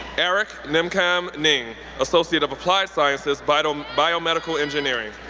eric ngnemkam nieng, associate of applied sciences, but um biomedical engineering.